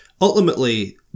ultimately